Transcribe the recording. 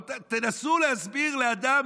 תנסו להסביר לאדם